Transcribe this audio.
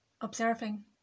observing